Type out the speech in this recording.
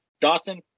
Dawson